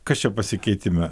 kas čia pasikeitime